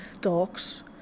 dogs